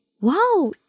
Wow